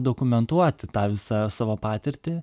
dokumentuoti tą visa savo patirtį